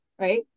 right